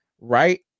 Right